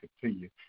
continue